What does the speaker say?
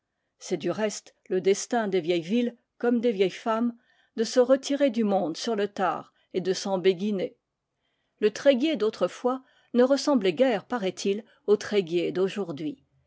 c'est du reste le destin des vieilles villes comme des vieilles femmes de se retirer du monde sur le tard et de s'embéguiner le tréguier d'autrefois ne ressemblait guère paraît-il au